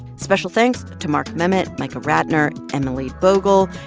special thanks to mark memmott, michael ratner, emily vogel,